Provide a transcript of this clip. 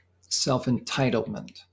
self-entitlement